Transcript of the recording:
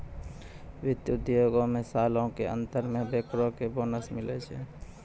वित्त उद्योगो मे सालो के अंत मे बैंकरो के बोनस मिलै छै